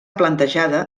plantejada